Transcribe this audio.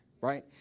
Right